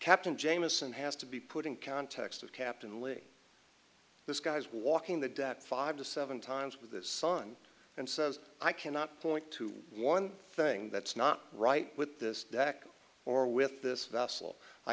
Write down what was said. captain jamieson has to be put in context of captain lee this guy's walking that back five to seven times with this sign and says i cannot point to one thing that's not right with this deck or with this